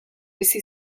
bizi